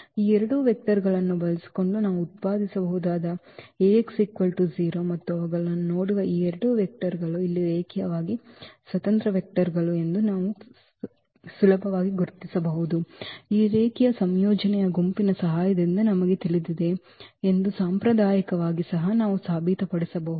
ಈ ಎರಡು ವೆಕ್ಟರ್ ಗಳನ್ನು ಬಳಸಿಕೊಂಡು ನಾವು ಉತ್ಪಾದಿಸಬಹುದಾದ ಈ Ax 0 ಮತ್ತು ಅವುಗಳನ್ನು ನೋಡುವ ಈ ಎರಡು ವೆಕ್ಟರ್ ಗಳು ಇವು ರೇಖೀಯವಾಗಿ ಸ್ವತಂತ್ರ ವೆಕ್ಟರ್ ಗಳು ಎಂದು ನಾವು ಸುಲಭವಾಗಿ ಗುರುತಿಸಬಹುದು ಈ ರೇಖೀಯ ಸಂಯೋಜನೆಯ ಗುಂಪಿನ ಸಹಾಯದಿಂದ ನಮಗೆ ತಿಳಿದಿದೆ ಎಂದು ಸಾಂಪ್ರದಾಯಿಕವಾಗಿ ಸಹ ನಾವು ಸಾಬೀತುಪಡಿಸಬಹುದು